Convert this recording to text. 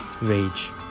Rage